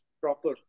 proper